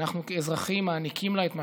שאנחנו כאזרחים מעניקים לה את מה